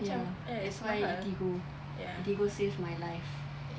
ya try eatigo eatigo saved my life